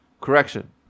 correction